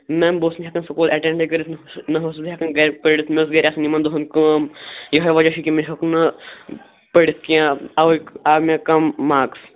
میٚم بہٕ اوسُس نہٕ ہیٚکَن سکوٗل ایٚٹینٛڈٕے کٔرِتھ نہ اوسُس بہٕ ہیٚکَن گَرِ پٔرِتھ مےٚ ٲس گَرِ آسان یِمن دۅہَن کٲم یِہےَ وَجہ چھُ کہِ مےٚ ہیٚوک نہٕ پٔرِتھ کیٚنٛہہ اَوَے آو مےٚ کَم مارکٕس